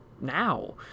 now